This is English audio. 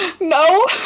No